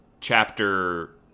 chapter